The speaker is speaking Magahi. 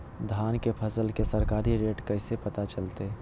धान के फसल के सरकारी रेट कैसे पता चलताय?